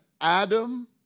Adam